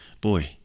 Boy